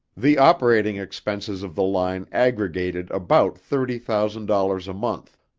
the operating expenses of the line aggregated about thirty thousand dollars a month,